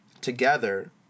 Together